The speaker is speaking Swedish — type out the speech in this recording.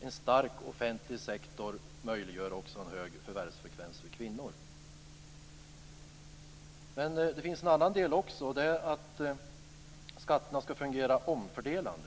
En stark offentlig sektor möjliggör också en hög förvärvsfrekvens för kvinnor. Men det finns också en annan del. Det är att skatterna skall fungera omfördelande.